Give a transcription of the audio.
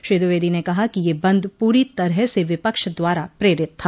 श्री द्विवेदी ने कहा कि यह बंद पूरी तरह से विपक्ष द्वारा प्रेरित था